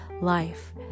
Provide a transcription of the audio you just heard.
life